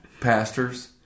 pastors